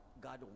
God